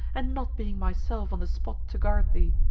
and not being myself on the spot to guard thee.